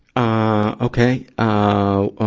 ah okay. oh,